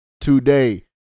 today